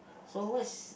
so what's